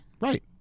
Right